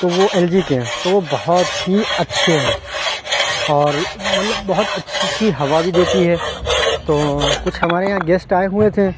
تو وہ L G کے ہیں تو وہ بہت ہی اچھے ہیں اور مطلب بہت اچھی اچھی ہوا بھی دیتی ہے تو کچھ ہمارے یہاں گیسٹ آئے ہوئے تھے